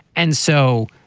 and so